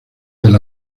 del